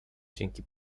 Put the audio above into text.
dzięki